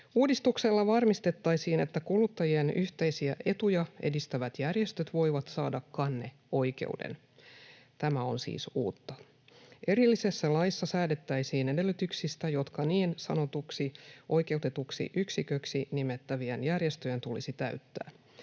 Uudistuksella varmistettaisiin, että kuluttajien yhteisiä etuja edistävät järjestöt voivat saada kanneoikeuden. Tämä on siis uutta. Erillisessä laissa säädettäisiin edellytyksistä, jotka niin sanotuiksi oikeutetuiksi yksiköiksi nimettävien järjestöjen tulisi täyttää.